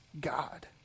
God